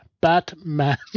Batman